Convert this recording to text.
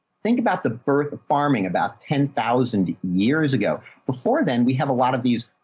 think about the birth of farming about ten thousand years ago before then we have a lot of these.